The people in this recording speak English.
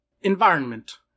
environment